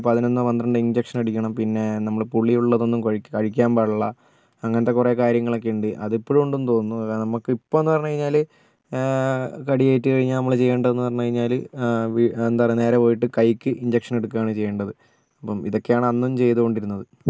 പതിനൊന്നോ പന്ത്രണ്ടോ ഇഞ്ചക്ഷനടിക്കണം പിന്നെ നമ്മൾ പുളിയുള്ളതൊന്നും കഴിക്കാൻ കഴിക്കാൻ പാടില്ല അങ്ങനത്തെ കുറെ കാര്യങ്ങളൊക്കെ ഉണ്ട് അത് ഇപ്പോഴും ഉണ്ടെന്ന് തോന്നുന്നു നമുക്ക് ഇപ്പമെന്ന് പറഞ്ഞ് കഴിഞ്ഞാൽ കടിയേറ്റ് കഴിഞ്ഞാൽ നമ്മൾ ചെയ്യെണ്ടതെന്ന് പറഞ്ഞ് കഴിഞ്ഞാൽ വി എന്താ പറയാ നേരെ പോയിട്ട് കൈക്ക് ഇഞ്ചക്ഷൻ എടുക്കുകയാണ് ചെയ്യേണ്ടത് അപ്പോൾ ഇതൊക്കെയാണ് അന്നും ചെയ്തുകൊണ്ടിരുന്നത്